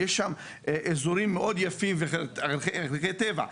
יש שם אזורים מאוד יפים וערכי טבע,